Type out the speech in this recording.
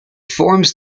forms